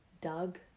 Doug